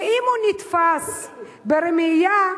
ואם הוא נתפס ברמייה,